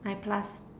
nine plus